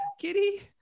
Kitty